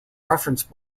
reference